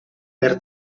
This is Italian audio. per